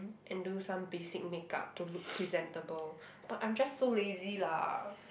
and do some basic make-up to look presentable but I'm just so lazy lah